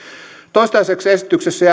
toistaiseksi esityksessä